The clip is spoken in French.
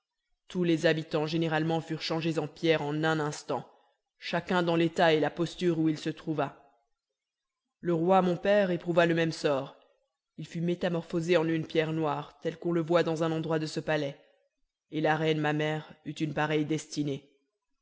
tous les habitants généralement furent changés en pierre en un instant chacun dans l'état et la posture où il se trouva le roi mon père éprouva le même sort il fut métamorphosé en une pierre noire tel qu'on le voit dans un endroit de ce palais et la reine ma mère eut une pareille destinée